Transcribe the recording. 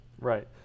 Right